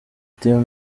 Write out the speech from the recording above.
team